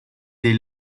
dei